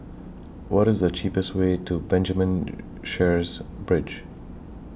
What IS The cheapest Way to Benjamin Sheares Bridge